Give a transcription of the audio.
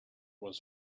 was